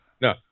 No